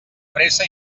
pressa